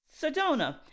Sedona